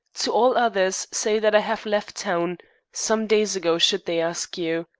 to all others say that i have left town some days ago, should they ask you.